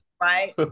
right